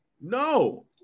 No